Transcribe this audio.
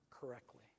correctly